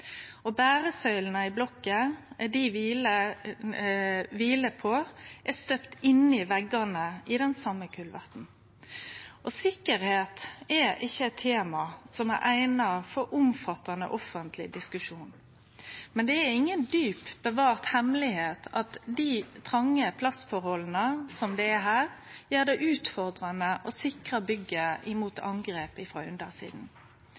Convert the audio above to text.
Beresøylene som blokka kviler på, er støypte inn i veggene i den same kulverten. Sikkerheit er ikkje eit tema som er eigna for omfattande offentleg diskusjon. Men det er ingen djupt bevart løyndom at dei tronge plassforholda som det er her, gjer det utfordrande å sikre bygget